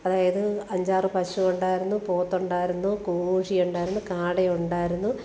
അതായത് അഞ്ചാറ് പശു ഉണ്ടായിരുന്നു പോത്ത് ഉണ്ടായിരുന്നു കോഴി ഉണ്ടായിരുന്നു കാട ഉണ്ടായിരുന്നു